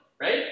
Right